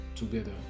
together